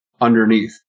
underneath